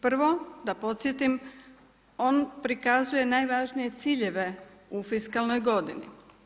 Prvo da podsjetim, on prikazuje najvažnije ciljeve u fiskalnoj godini.